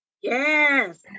Yes